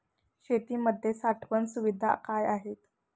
शेतीमध्ये साठवण सुविधा काय आहेत?